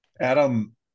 Adam